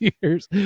years